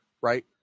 Right